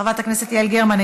חברת הכנסת יעל גרמן,